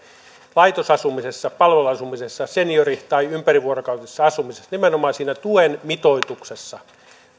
laitosasumisesta palveluasumisesta seniori tai ympärivuorokautisesta asumisesta nimenomaan siinä tuen mitoituksessa